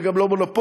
וגם לא מונופול.